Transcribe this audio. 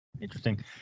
Interesting